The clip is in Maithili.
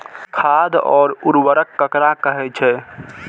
खाद और उर्वरक ककरा कहे छः?